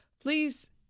please